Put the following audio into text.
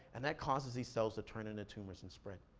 and that causes these cells to turn into tumors and spread.